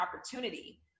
opportunity